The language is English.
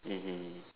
mmhmm